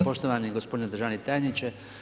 Poštovani gospodine državni tajniče.